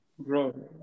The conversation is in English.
Bro